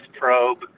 probe